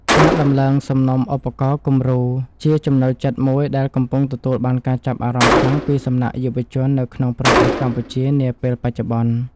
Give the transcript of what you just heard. ការដំឡើងសំណុំឧបករណ៍គំរូជាចំណូលចិត្តមួយដែលកំពុងទទួលបានការចាប់អារម្មណ៍ខ្លាំងពីសំណាក់យុវវ័យនៅក្នុងប្រទេសកម្ពុជានាពេលបច្ចុប្បន្ន។